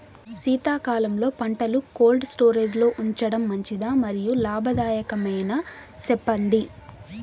శీతాకాలంలో పంటలు cold storage లో ఉంచడం మంచిదా? మరియు లాభదాయకమేనా, సెప్పండి